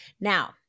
Now